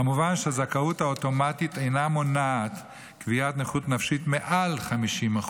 כמובן שהזכאות האוטומטית אינה מונעת קביעת נכות נפשית מעל 50%